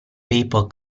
paper